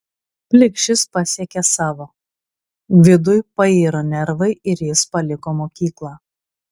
plikšis pasiekė savo gvidui pairo nervai ir jis paliko mokyklą